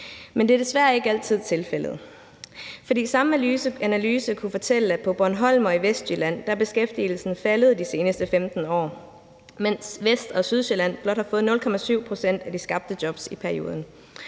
men det er desværre ikke altid tilfældet. For samme analyse kunne fortælle, at på Bornholm og i Vestjylland er beskæftigelsen faldet de seneste 15 år, mens Vest- og Sydsjælland blot har fået 0,7 pct. af de skabte jobs i perioden.